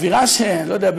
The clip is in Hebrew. אווירה ש-אני לא יודע,